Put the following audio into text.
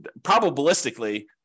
probabilistically